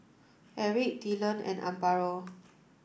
Erick Dylon and Amparo